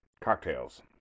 cocktails